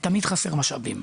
תמיד חסרים משאבים,